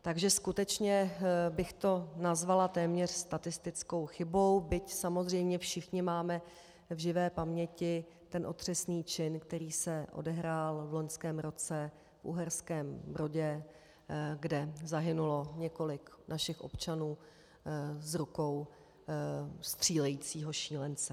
Takže skutečně bych to nazvala téměř statistickou chybou, byť samozřejmě všichni máme v živé paměti ten otřesný čin, který se odehrál v loňském roce v Uherském Brodě, kde zahynulo několik našich občanů z rukou střílejícího šílence.